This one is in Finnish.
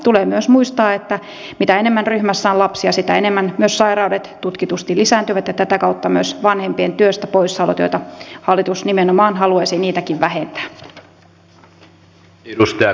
tulee myös muistaa että mitä enemmän ryhmässä on lapsia sitä enemmän myös sairaudet tutkitusti lisääntyvät ja tätä kautta myös vanhempien työstä poissaolot joita niitäkin hallitus nimenomaan haluaisi vähentää